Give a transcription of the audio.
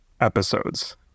episodes